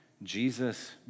Jesus